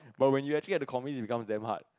but when you actually have to commit it becomes damn hard